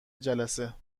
جلسه